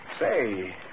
Say